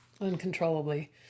uncontrollably